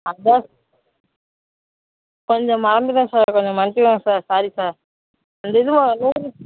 கொஞ்சம் மறந்துட்டேன் சார் கொஞ்சம் மன்னிச்சிக்கோங்க சார் சாரி சார் இதுவா நூறு